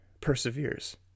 perseveres